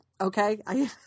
Okay